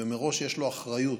ומראש יש לו אחריות.